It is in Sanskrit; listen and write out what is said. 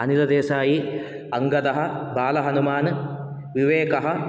अनिल्देसाई अङ्गदः बालहनुमान् विवेकः